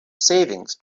savings